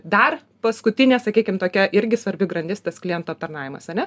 dar paskutinė sakykim tokia irgi svarbi grandis tas klientų aptarnavimas ane